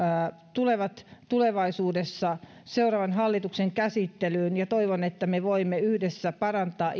tulevat tulevaisuudessa seuraavan hallituksen käsittelyyn ja toivon että me voimme yhdessä parantaa